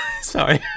sorry